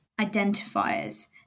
identifiers